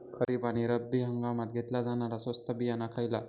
खरीप आणि रब्बी हंगामात घेतला जाणारा स्वस्त बियाणा खयला?